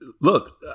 look